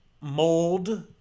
mold